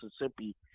Mississippi